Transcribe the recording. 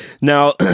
Now